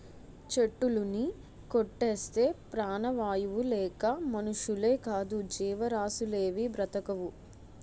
చెట్టులుని కొట్టేస్తే ప్రాణవాయువు లేక మనుషులేకాదు జీవరాసులేవీ బ్రతకవు